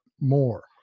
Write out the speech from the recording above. more